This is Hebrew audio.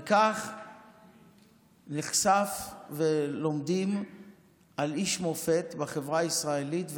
וכך נחשף ולומדים על איש מופת בחברה הישראלית,